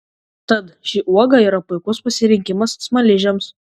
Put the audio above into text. tad ši uoga yra puikus pasirinkimas smaližiams